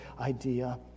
idea